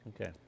Okay